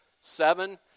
seven